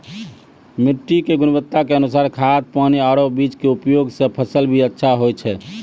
मिट्टी के गुणवत्ता के अनुसार खाद, पानी आरो बीज के उपयोग सॅ फसल भी अच्छा होय छै